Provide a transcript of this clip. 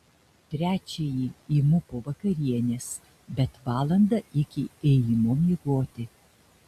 trečiąjį imu po vakarienės bet valandą iki ėjimo miegoti